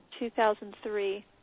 2003